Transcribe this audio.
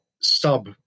sub